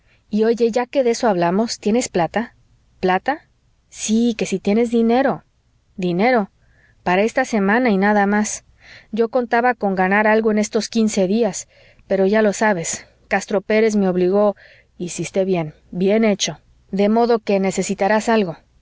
y oye ya que de eso hablamos tienes plata plata sí qué si tienes dinero dinero para esta semana y nada más yo contaba con ganar algo en estos quince días pero ya lo sabes castro pérez me obligó hiciste bien bien hecho de modo que necesitarás algo